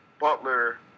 Butler